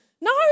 No